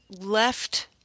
left